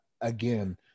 again